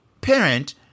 parent